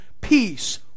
peace